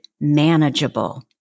manageable